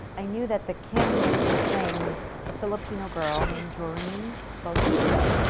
i knew that the kim who would be playing was a filipino girl named joreen motista.